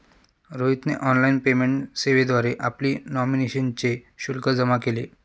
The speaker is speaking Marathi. रोहितने ऑनलाइन पेमेंट सेवेद्वारे आपली नॉमिनेशनचे शुल्क जमा केले